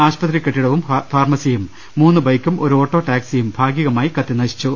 ആശുപത്രി കെട്ടിടവും ഫാർമസിയും മൂന്ന് ബൈക്കും ഒരു ഓട്ടോ ടാക്സിയും ഭാഗികമായി കത്തി നശിച്ചു